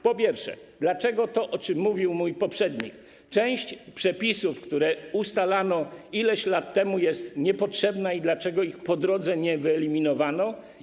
Po pierwsze - to, o czym mówił mój poprzednik - część przepisów, które ustalano ileś lat temu, jest niepotrzebna i dlaczego ich po drodze nie wyeliminowano?